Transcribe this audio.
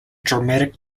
dramatic